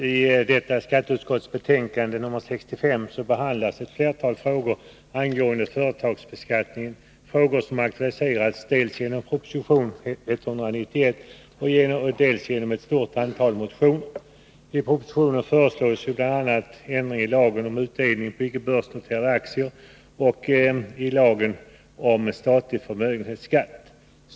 Herr talman! I skatteutskottets betänkande 65 behandläs flera frågor angående företagsbeskattningen, frågor som aktualiserats dels genom proposition 191, dels genom ett stort antal motioner. I propositionen föreslås bl.a. ändring i lagen om utdelning på icke börsnoterade aktier och i lagen om statlig förmögenhetsskatt.